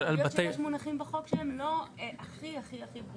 אין הרבה ישובים שהם לא בפריפריה שנכנסים